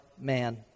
man